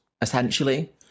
Essentially